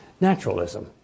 naturalism